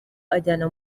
ajyanwa